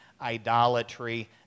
idolatry